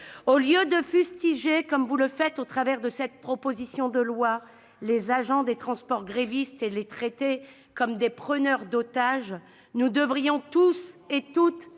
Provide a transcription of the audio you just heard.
Au lieu de fustiger, comme vous le faites au travers de cette proposition de loi, les agents des transports grévistes et de les traiter comme des preneurs d'otages, nous devrions tous et toutes